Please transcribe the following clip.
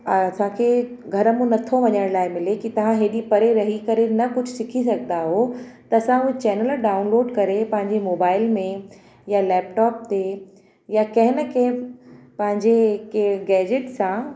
असांखे घर मां नथो वञण लाइ मिले की तव्हां हेॾी परे रही करे न कुझु सिखी सघंदा उहो त असां उहो चैनल डाउनलोड करे पंहिंजी मोबाइल में या लैपटॉप ते या कंहिं न कंहिं पंहिंजे कंहिं गेजेट्स सां